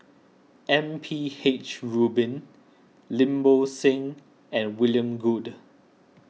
M P H Rubin Lim Bo Seng and William Goode